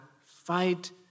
fight